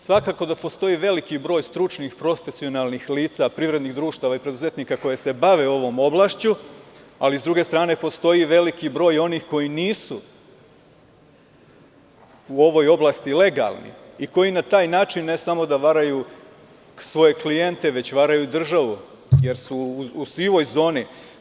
Svakako da postoji veliki broj stručnih, profesionalnih lica, privrednih društava i preduzetnika koji se bave ovom oblašću, ali s druge strane postoji veliki broj onih koji nisu u ovoj oblasti legalni, i koji na taj način ne samo varaju svoje klijente, već varaju i državu, jer su u sivoj zoni.